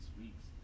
weeks